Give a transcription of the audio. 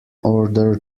order